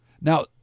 Now